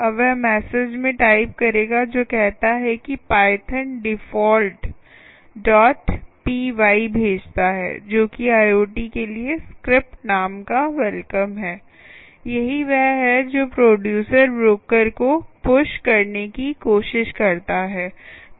अब वह मैसेज में टाइप करेगा जो कहता है कि Python default dot P Y भेजता है जो कि आईओटी के लिए स्क्रिप्ट नाम का वेलकम है यही वह है जो प्रोडूसर ब्रोकर को पुश करने की कोशिश करता है